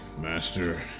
Master